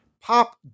Pop